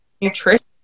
nutrition